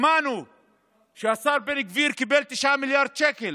שמענו שהשר בן גביר קיבל 9 מיליארד שקלים.